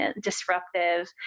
disruptive